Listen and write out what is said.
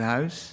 Huis